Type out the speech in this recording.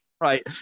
right